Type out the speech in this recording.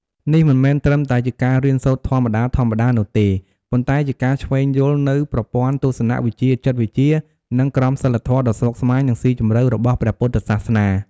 នេះមិនមែនត្រឹមតែជាការរៀនសូត្រធម្មតាៗនោះទេ ប៉ុន្តែជាការឈ្វេងយល់នូវប្រព័ន្ធទស្សនវិជ្ជា ចិត្តវិទ្យា និងក្រមសីលធម៌ដ៏ស្មុគស្មាញ និងស៊ីជម្រៅរបស់ព្រះពុទ្ធសាសនា។